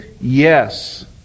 yes